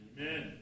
Amen